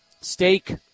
steak